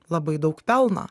labai daug pelno